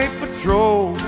patrol